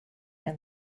and